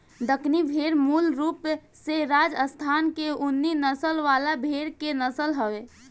दक्कनी भेड़ मूल रूप से राजस्थान के ऊनी नस्ल वाला भेड़ के नस्ल हवे